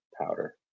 powder